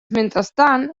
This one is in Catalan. mentrestant